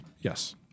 Yes